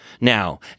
Now